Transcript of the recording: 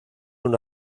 una